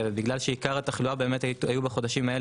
בגלל שעיקר התחלואה היה בחודשים האלה,